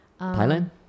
Thailand